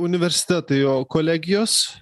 universitetai o kolegijos